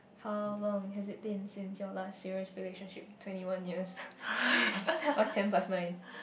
how long has it been since your last serious relationship twenty one years what's ten plus nine